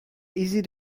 easy